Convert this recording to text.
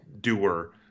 doer